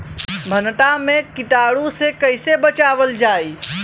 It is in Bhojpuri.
भनटा मे कीटाणु से कईसे बचावल जाई?